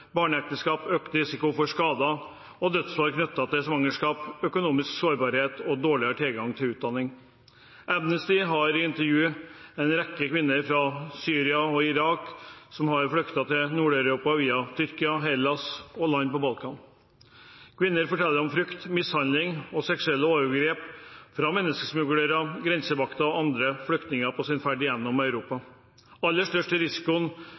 barneekteskap, økt risiko for skader og dødsfall knyttet til svangerskap, økonomisk sårbarhet og dårligere tilgang til utdanning. Amnesty har intervjuet en rekke kvinner fra Syria og Irak som har flyktet til Nord-Europa via Tyrkia, Hellas og land på Balkan. Kvinnene forteller om frykt, mishandling og seksuelle overgrep fra menneskesmuglere, grensevakter og andre flyktninger på sin ferd gjennom Europa. Aller